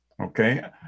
Okay